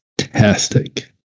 Fantastic